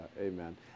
Amen